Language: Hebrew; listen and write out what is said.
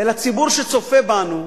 אל הציבור שצופה בנו,